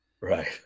Right